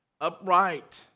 Upright